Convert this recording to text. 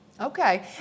Okay